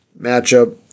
matchup